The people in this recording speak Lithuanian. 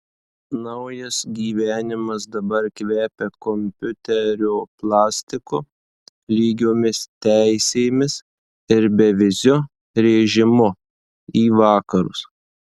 naujas gyvenimas dabar kvepia kompiuterio plastiku lygiomis teisėmis ir beviziu režimu į vakarus